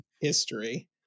history